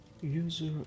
User